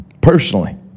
personally